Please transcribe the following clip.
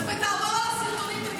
תעבור על הסרטונים ותראה.